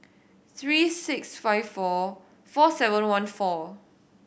three six five four four seven one four